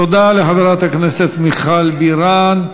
תודה לחברת הכנסת מיכל בירן.